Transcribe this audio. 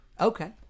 Okay